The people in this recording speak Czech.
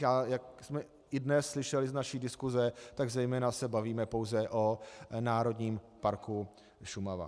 A jak jsme i dnes slyšeli z naší diskuse, tak se zejména bavíme pouze o Národním parku Šumava.